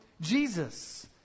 jesus